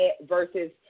versus